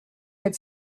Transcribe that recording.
had